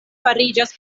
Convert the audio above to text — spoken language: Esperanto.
fariĝas